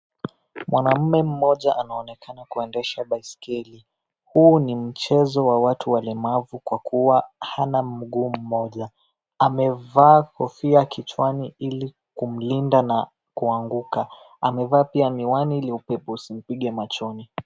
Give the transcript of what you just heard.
Mwanaume mmoja anaonekana kuendesha baiskeli, huu ni mchezo wa watu walemavu kwa kuwa hana mguu mmoja amevaa koia kichwani ili kumlinda na kuanguka, amevaa pia miwani ili upepo usimpige.